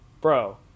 Bro